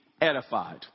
edified